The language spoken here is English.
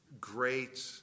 great